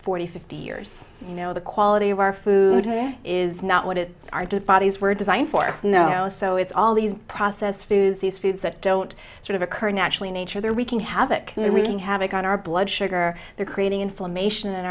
forty fifty years you know the quality of our food is not what it started bodies were designed for no so it's all these processed foods these foods that don't sort of occur naturally nature they're wreaking havoc in the wreaking havoc on our blood sugar they're creating inflammation in